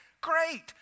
great